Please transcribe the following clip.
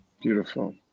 Beautiful